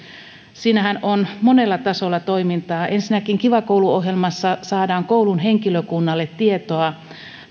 siinähän on monella tasolla toimintaa ensinnäkin kiva koulu ohjelmassa saadaan koulun henkilökunnalle tietoa